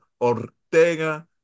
ortega